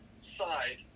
side